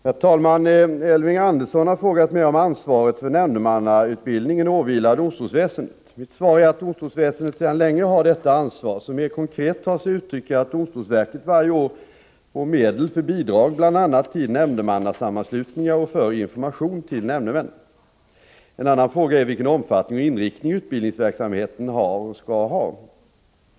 Herr talman! Elving Andersson har frågat mig om ansvaret för nämndemannautbildningen åvilar domstolsväsendet. Mitt svar är att domstolsväsendet sedan länge har detta ansvar, som mer konkret tar sig uttryck i att domstolsverket varje år får medel för bidrag bl.a. till nämndemannasammanslutningar och för information till nämndemännen. En annan fråga är vilken omfattning och inriktning utbildningsverksamheten har och skall ha.